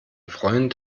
freund